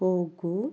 ಹೋಗು